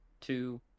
two